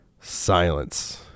Silence